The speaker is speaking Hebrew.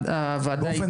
כמה שיותר באופן מרוכז,